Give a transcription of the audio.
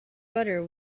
butter